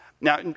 Now